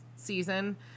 season